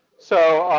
so